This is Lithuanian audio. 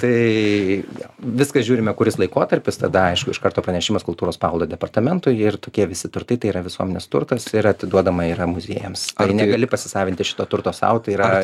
tai viskas žiūrime kuris laikotarpis tada aišku iš karto pranešimas kultūros paveldo departamentui ir tokie visi turtai tai yra visuomenės turtas ir atiduodama yra muziejams negali pasisavinti šito turto sau tai yra